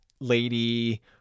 lady